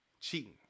cheating